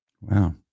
Wow